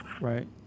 right